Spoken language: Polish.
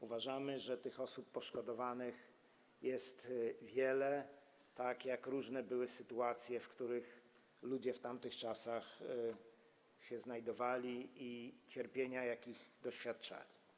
Uważamy, że osób poszkodowanych jest wiele, tak jak różne były sytuacje, w których ludzie w tamtych czasach się znajdowali, i cierpienia, których doświadczali.